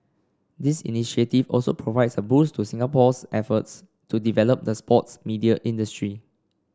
this initiative also provides a boost to Singapore's efforts to develop the sports media industry